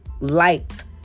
liked